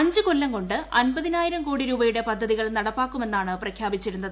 അഞ്ചു കൊല്ലം കൊണ്ട് അൻപതിനായിരം കോടി രൂപയുടെ പദ്ധതികൾ നടപ്പാക്കുമെന്നാണ് പ്രഖ്യാപിച്ചിരുന്നത്